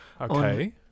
Okay